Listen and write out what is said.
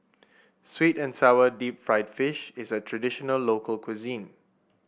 sweet and sour Deep Fried Fish is a traditional local cuisine